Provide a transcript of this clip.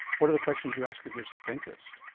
what are the questions you ask of your so dentist